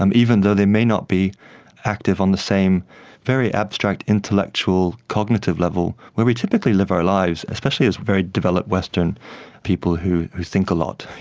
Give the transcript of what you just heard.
um even though they may not be active on the same very abstract intellectual cognitive level where we typically live our lives, especially as very developed western people who who think a lot,